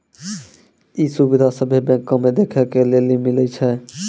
इ सुविधा सभ्भे बैंको मे देखै के लेली मिलै छे